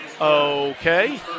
Okay